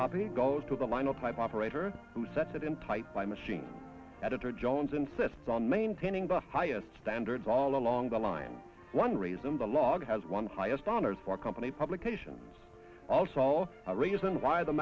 copy goes to the line a pipe operator who sets it in tight by machine editor jones insists on maintaining the highest standards all along the line one reason the log has one highest honors for company publications also a reason why the